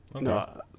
No